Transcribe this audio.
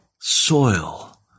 soil